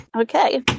Okay